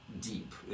deep